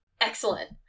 Excellent